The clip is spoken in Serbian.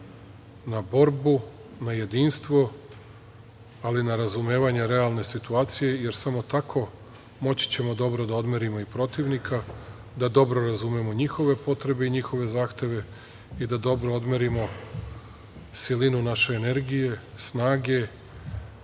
na borbu, na jedinstvo, ali i na razumevanje realne situacije, jer samo tako moći ćemo dobro da odmerimo i protivnika, da dobro razumemo njihove potrebe i njihove zahteve i da dobro odmerimo silinu naše energije, snage